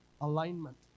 alignment